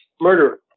murderer